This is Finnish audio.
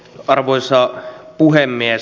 arvoisa puhemies